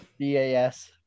BAS